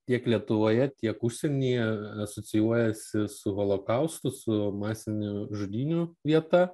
tiek lietuvoje tiek užsienyje asocijuojasi su holokaustu su masinių žudynių vieta